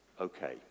okay